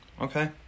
Okay